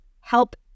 help